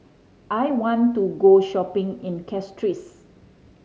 I want to go shopping in Castries